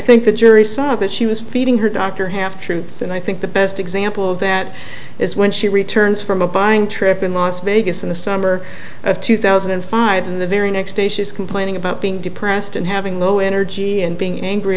think the jury saw that she was feeding her doctor half truths and i think the best example of that is when she returns from a buying trip in las vegas in the summer of two thousand and five and the very next day she's complaining about being depressed and having low energy and being angry